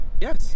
Yes